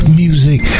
music